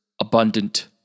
abundant